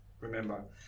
remember